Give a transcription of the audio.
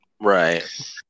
right